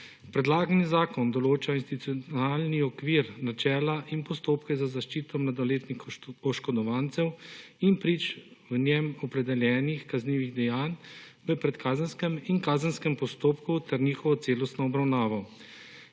Predlagani zakon določa institucionalni okvir, načela in postopke za zaščito mladoletnih oškodovancev in prič v njem opredeljenih kaznivih dejanj v predkazenskem in kazenskem postopku ter njihovo celostno obravnavo.